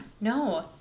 No